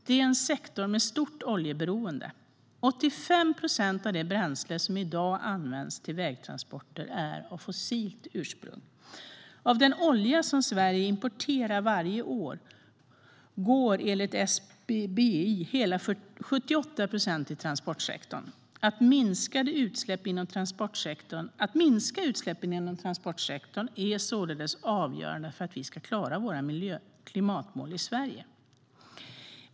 Det är en sektor med stort oljeberoende. 85 procent av det bränsle som i dag används till vägtransporter är av fossilt ursprung. Av den olja som Sverige importerar varje år går enligt SPBI hela 78 procent till transportsektorn. Att minska utsläppen inom transportsektorn är således avgörande för att vi ska klara våra klimatmål i Sverige.